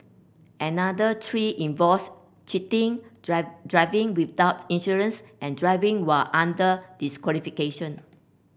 another three involves cheating driving without insurance and driving while under disqualification